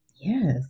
yes